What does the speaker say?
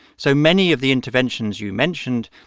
so many of the interventions you mentioned,